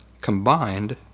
combined